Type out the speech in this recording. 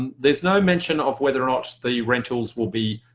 and there's no mention of whether or not the rentals will be